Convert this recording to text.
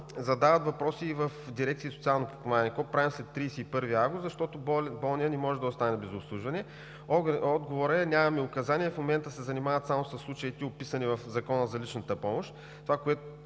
Задават въпроси и в Дирекция „Социално подпомагане“: какво правим след 31 август, защото болният не може да остане без обслужване? Отговорът е, че нямат указания и в момента се занимават само със случаите, описани в Закона за личната помощ,